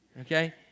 Okay